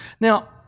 Now